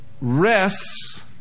rests